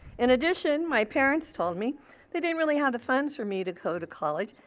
in addition, my parents told me they didn't really have the funds for me to go to college.